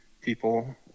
people